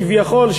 כביכול,